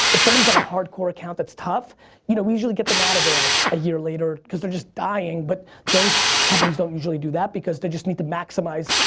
if somebody's on a hardcore account that's tough you know we usually get them out of there a year later because they're just dying but those companies don't usually do that because they need to maximize.